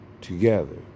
together